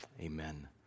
Amen